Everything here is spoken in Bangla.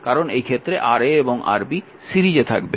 কারণ এই ক্ষেত্রে Ra এবং Rb সিরিজে থাকবে